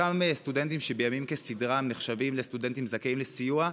אותם סטודנטים שבימים כסדרם נחשבים לסטודנטים זכאים לסיוע,